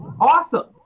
awesome